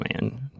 man